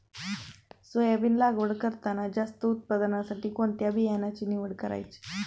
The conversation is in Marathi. सोयाबीन लागवड करताना जास्त उत्पादनासाठी कोणत्या बियाण्याची निवड करायची?